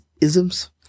isms